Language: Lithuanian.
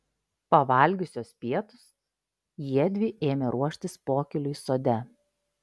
pavalgiusios pietus jiedvi ėmė ruoštis pokyliui sode